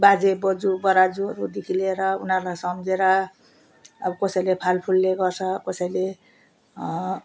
बाजेबोजु बराजुहरूदेखि लिएर उनीहरूलाई सम्झेर अब कसैले फलफुलले गर्छ कसैले